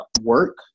work